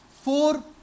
Four